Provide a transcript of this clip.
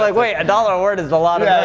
like wait, a dollar a word is a lot and